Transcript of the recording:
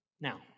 Now